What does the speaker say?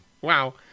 Wow